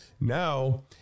Now